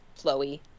flowy